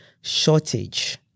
shortage